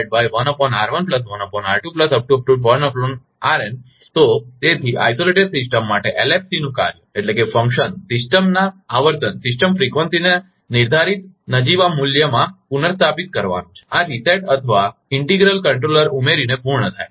અને જ્યાં તો તેથી અલગ સિસ્ટમ માટે એલએફસીનું કાર્ય સિસ્ટમના આવર્તનને નિર્ધારિત નજીવા મૂલ્યમાં પુનર્સ્થાપિત કરવાનું છે અને આ રીસેટ અથવા અભિન્ન નિયંત્રકઇન્ટીગ્રલ કંટ્રોલર ઉમેરીને પૂર્ણ થાય છે